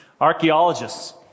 Archaeologists